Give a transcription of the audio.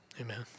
Amen